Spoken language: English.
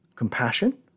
compassion